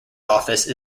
office